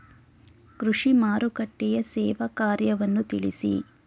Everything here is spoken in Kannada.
ಕೃಷಿ ಮಾರುಕಟ್ಟೆಯ ಸೇವಾ ಕಾರ್ಯವನ್ನು ತಿಳಿಸಿ?